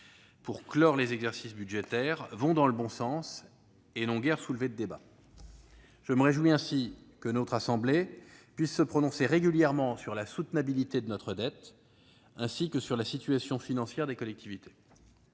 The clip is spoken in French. pour clore les exercices budgétaires vont dans le bon sens ; ils n'ont d'ailleurs guère soulevé de débats. Je me réjouis aussi que notre assemblée puisse se prononcer régulièrement sur la soutenabilité de notre dette publique, ainsi que sur la situation financière des collectivités.